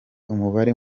umubare